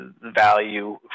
value